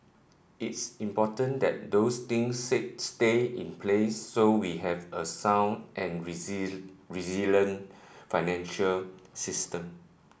it's important that those things say stay in place so we have a sound and resilient financial system